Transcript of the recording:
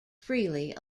freely